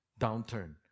downturn